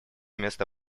место